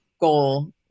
goal